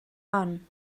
hon